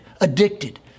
addicted